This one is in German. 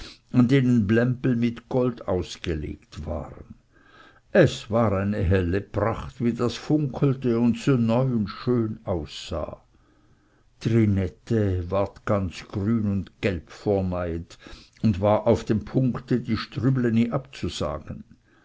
und deren blämpel mit gold ausgelegt waren es war eine helle pracht wie das funkelte und so neu und schön aussah trinette ward ganz grün und gelb vor neid und war auf dem punkte die strübleni abzusagen